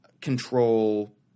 control